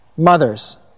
Mothers